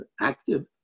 active